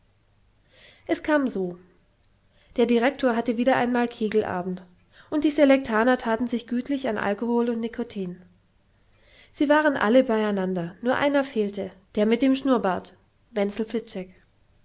es kam so der direktor hatte wieder einmal kegelabend und die selektaner thaten sich gütlich an alkohol und nikotin sie waren alle bei einander nur einer fehlte der mit dem schnurrbart wenzel